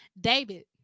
David